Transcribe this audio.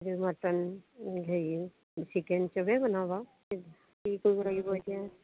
mutton হেৰি chicken চবেই বনাও বাৰু কি কৰিব কৰিব লাগিব এতিয়া